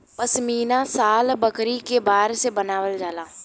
पश्मीना शाल बकरी के बार से बनावल जाला